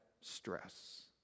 stress